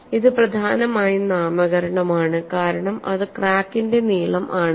ഇത് പ്രധാനമായും നാമകരണമാണ് കാരണം അത് ക്രാക്കിന്റെ നീളം ആണ്